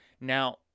Now